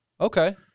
Okay